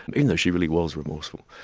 but even though she really was remorseful.